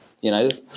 United